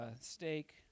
steak